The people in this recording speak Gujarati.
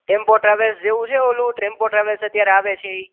ટેમ્પો ટ્રાવેલ્સ જેવું છે ઓલું ટ્રેમ્પો ટ્રાવેલ્સ અત્યારે આવે છે એ